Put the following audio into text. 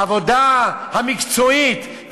עבודה מקצועית,